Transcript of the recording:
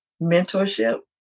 mentorship